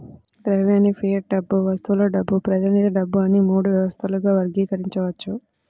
ద్రవ్యాన్ని ఫియట్ డబ్బు, వస్తువుల డబ్బు, ప్రతినిధి డబ్బు అని మూడు వ్యవస్థలుగా వర్గీకరించవచ్చు